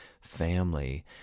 family